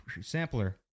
sampler